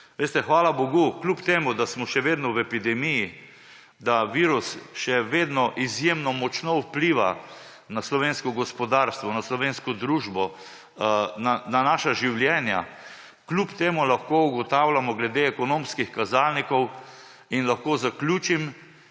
hvala bogu, kljub temu, da smo še vedno v epidemiji, da virus še vedno izjemno močno vpliva na slovensko gospodarstvo, na slovensko družbo, na naša življenja. Kljub temu lahko ugotavljamo glede ekonomskih kazalnikov in lahko zaključim